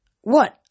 What